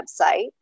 website